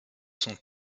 sont